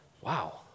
wow